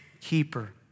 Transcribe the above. keeper